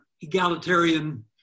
egalitarian